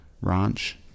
ranch